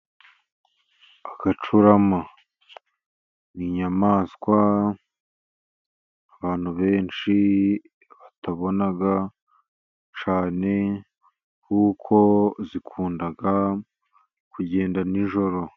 Agacurama ni inyamaswa abantu benshi batabona cyane, kuko zikunda kugenda nijoro.